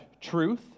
truth